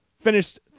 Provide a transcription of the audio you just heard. finished